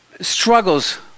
struggles